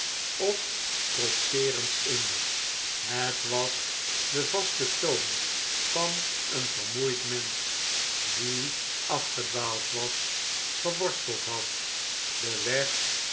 of trotseerends in het was de vaste toon van een vermoeid mensch die afgedwaald was geworsteld had den weg